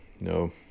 No